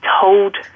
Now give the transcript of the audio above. told